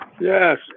yes